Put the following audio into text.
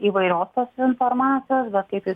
įvairios tos informacijos bet kaip ir